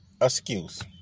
Excuse